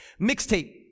Mixtape